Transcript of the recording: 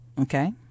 Okay